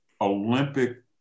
Olympic